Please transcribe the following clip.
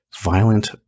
Violent